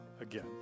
again